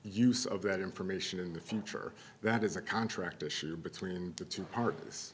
use of that information in the future that is a contract issue between the two part